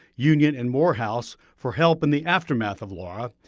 union and morehouse, for help in the aftermath of laura.